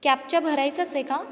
कॅबच्या भरायचाच आहे का